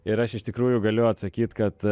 ir aš iš tikrųjų galiu atsakyt kad